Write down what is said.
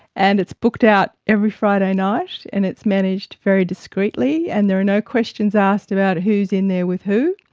and it's booked out every friday night, and it's managed very discreetly, and there are no questions asked about who is in there with who.